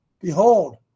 Behold